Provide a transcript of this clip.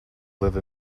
live